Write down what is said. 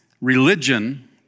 religion